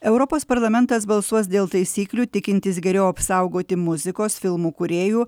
europos parlamentas balsuos dėl taisyklių tikintis geriau apsaugoti muzikos filmų kūrėjų